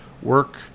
work